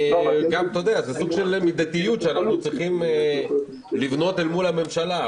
זה גם סוג של מידתיות שאנחנו צריכים לבנות מול הממשלה.